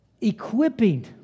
equipping